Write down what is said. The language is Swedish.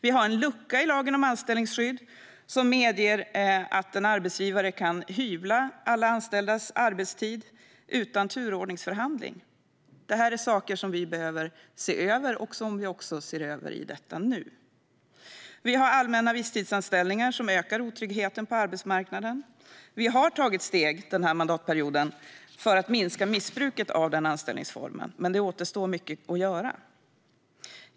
Vi har en lucka i lagen om anställningsskydd som medger att en arbetsgivare kan hyvla alla anställdas arbetstid utan turordningsförhandling. Detta är saker som vi behöver se över och som vi också ser över i detta nu. Vi har allmänna visstidsanställningar som ökar otryggheten på arbetsmarknaden. Vi har tagit steg under denna mandatperiod för att minska missbruket av denna anställningsform, men mycket återstår att göra.